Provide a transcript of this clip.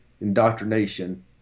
Indoctrination